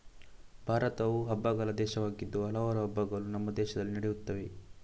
ಭಾರತವು ಹಬ್ಬಗಳ ದೇಶವಾಗಿದ್ದು ಹಲವಾರು ಹಬ್ಬಗಳು ನಮ್ಮ ದೇಶದಲ್ಲಿ ನಡೆಯುತ್ತವೆ